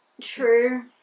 true